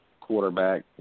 quarterback